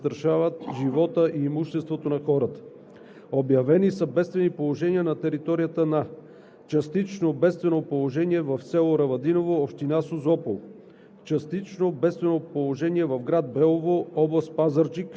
Към момента няма язовири, които чрез контролирано изпускане да застрашават живота и имуществото на хората. Обявени са бедствени положения на територията на: частично бедствено положение в село Равадиново, община Созопол;